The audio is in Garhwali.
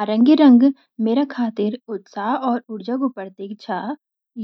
नारांगी रंग मेरा खातिर उत्साह और ऊर्जा कु प्रतीक छाया।